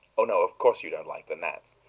oh, no, of course you don't like the gnats.